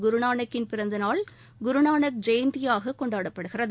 குருநானக்கின் பிறந்த நாள் குருநானக் ஜெயந்தியாக கொண்டாடப்படுகிறது